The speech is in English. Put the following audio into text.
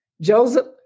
Joseph